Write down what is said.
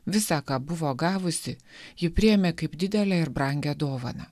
visa ką buvo gavusi ji priėmė kaip didelę ir brangią dovaną